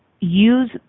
use